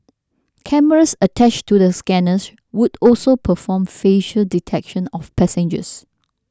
cameras attached to the scanners would also perform facial detection of passengers